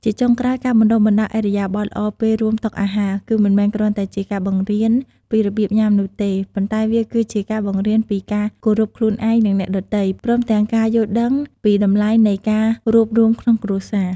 ជាចុងក្រោយការបណ្តុះបណ្តាលឥរិយាបថល្អពេលរួមតុអាហារ គឺមិនមែនគ្រាន់តែជាការបង្រៀនពីរបៀបញ៉ាំនោះទេ ប៉ុន្តែវាគឺជាការបង្រៀនពីការគោរពខ្លួនឯង និងអ្នកដទៃ ព្រមទាំងការយល់ដឹងពីតម្លៃនៃការរួបរួមក្នុងគ្រួសារ។